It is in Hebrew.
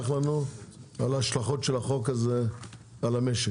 לנו על ההשלכות של החוק הזה על המשק,